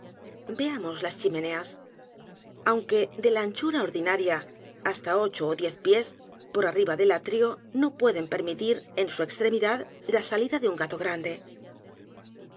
veamos las chimeneas aunque de la anchura ordinaria hasta ocho ó diez pies por arriba del atrio n e pueden permitir en su extremidad la salida de un gato